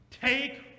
Take